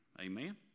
Amen